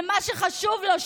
למה שהוא טוען שחשוב לו,